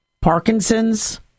Parkinson's